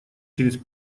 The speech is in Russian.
через